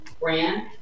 brand